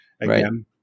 again